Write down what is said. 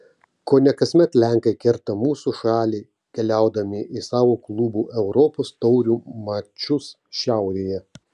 kone kasmet lenkai kerta mūsų šalį keliaudami į savo klubų europos taurių mačus šiaurėje